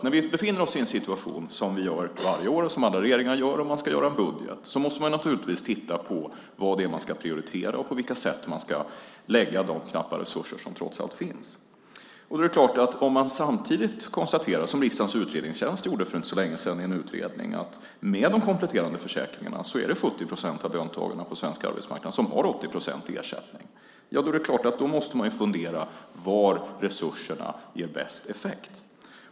När vi befinner oss i en situation, som vi gör varje år och som alla regeringar gör, att vi ska göra en budget måste vi naturligtvis titta på vad vi ska prioritera och på vilket sätt vi ska lägga de knappa resurser som trots allt finns. Om man samtidigt konstaterar, som riksdagens utredningstjänst gjorde i en utredning för inte så länge sedan, att med de kompletterande försäkringarna är det 70 procent av löntagarna på svensk arbetsmarknad som har 80 procent i ersättning måste man ju fundera var resurserna ger bäst effekt.